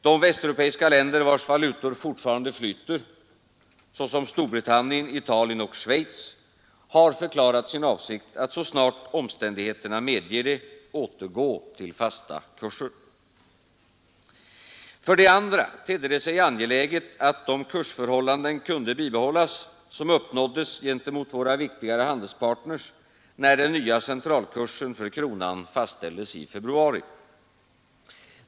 De västeuropeiska länder, vilkas valutor fortfarande flyter, såsom Storbritannien, Italien och Schweiz, har förklarat sin avsikt att så snart omständigheterna medger det återgå till fasta kurser. För det andra tedde det sig angeläget att de kursförhållanden kunde bibehållas som uppnåddes gentemot våra viktigare handelspartner när den nya centralkursen för kronan fastställdes i februari.